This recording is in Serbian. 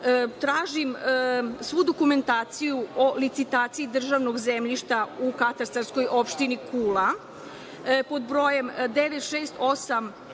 svu dokumentaciju o licitaciji državnog zemljišta u katastarskoj opštini Kula pod brojem 9686/3